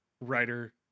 writer